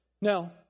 Now